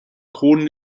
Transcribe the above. kronen